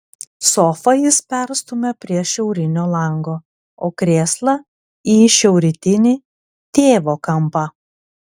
sofą jis perstumia prie šiaurinio lango o krėslą į šiaurrytinį tėvo kampą